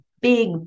big